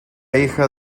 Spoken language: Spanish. hija